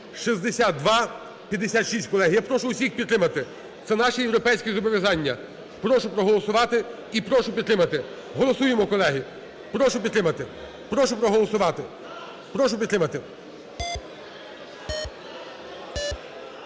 6256, колеги, я прошу всіх підтримати. Це наші європейські зобов'язання. Прошу проголосувати і прошу підтримати. Голосуємо, колеги, прошу підтримати. Прошу проголосувати, прошу підтримати.